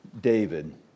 David